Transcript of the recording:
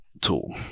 tool